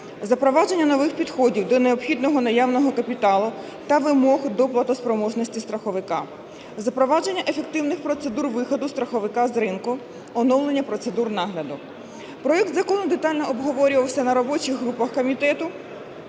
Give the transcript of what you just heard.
запровадження нових підходів до необхідного наявного капіталу та вимог до платоспроможності страховика; запровадження ефективних процедур виходу страховика з ринку; оновлення процедур нагляду. Проект закону детально обговорювався на робочих групах комітету